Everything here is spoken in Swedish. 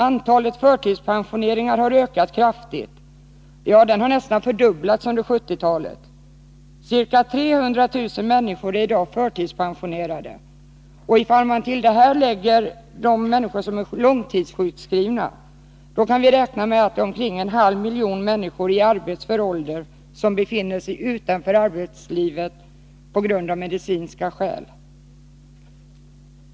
Antalet förtidspensioneringar har ökat kraftigt, ja nästan fördubblats under 1970 talet. Ca 300 000 människor är i dag förtidspensionerade, och om man till dem lägger de långtidssjukskrivna kan vi räkna med att omkring en halv miljon människor i arbetsför ålder befinner sig utanför arbetslivet av medicinska skäl.